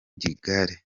igare